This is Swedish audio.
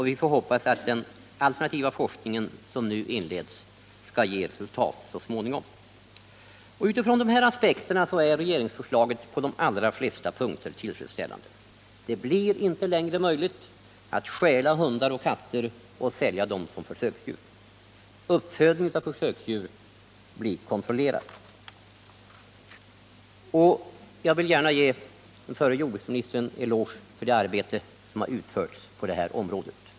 Vi får hoppas att alternativ forskning ger resultat så småningom. Utifrån dessa aspekter är regeringsförslaget på de allra flesta punkter tillfredsställande. Det blir inte längre möjligt att stjäla hundar och katter och sälja dem som försöksdjur. Uppfödningen av försöksdjur blir kontrollerad. Jag vill gärna ge den förre jordbruksministern en eloge för det arbete som har utförts på detta område.